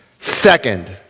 Second